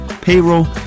payroll